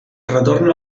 retorna